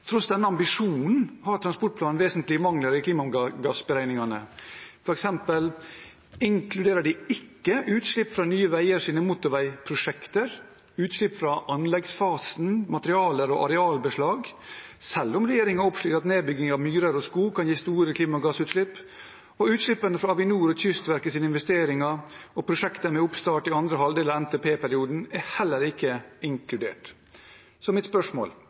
Tross denne ambisjonen har transportplanen vesentlige mangler i klimagassberegningene. For eksempel inkluderer de ikke utslipp fra Nye veiers motorveiprosjekter, utslipp fra anleggsfasen, materialer og arealbeslag, selv om regjeringen opplyser at nedbygging av myrer og skog kan gi store klimagassutslipp. Utslippene fra Avinors og Kystverkets investeringer og prosjekter med oppstart i andre halvdel av NTP-perioden er heller ikke inkludert. Mitt spørsmål